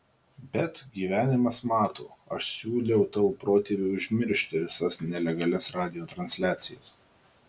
bet gyvenimas mato aš siūliau tavo protėviui užmiršti visas nelegalias radijo transliacijas